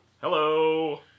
Hello